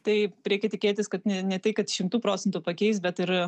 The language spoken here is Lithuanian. taip reikia tikėtis kad ne tai kad šimtu procentų pakeis bet ir